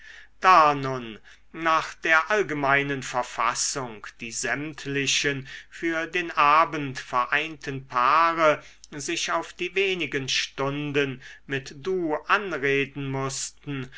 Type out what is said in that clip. nach der allgemeinen verfassung die sämtlichen für den abend vereinten paare sich auf die wenigen stunden mit du anreden mußten